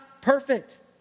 perfect